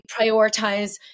prioritize